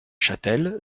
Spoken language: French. chatel